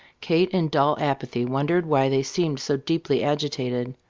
kate in dull apathy wondered why they seemed so deeply agitated.